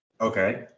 Okay